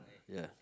ya